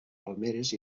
palmeres